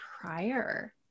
prior